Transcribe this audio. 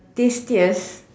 tastiest